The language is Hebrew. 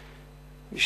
גיסא.